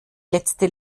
letzte